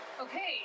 Okay